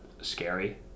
scary